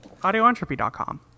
AudioEntropy.com